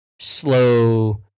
slow